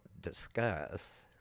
discuss